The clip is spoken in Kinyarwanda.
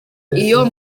iyo